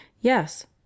Yes